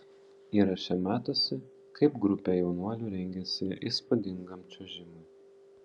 įraše matosi kaip grupė jaunuolių rengiasi įspūdingam čiuožimui